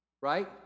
Right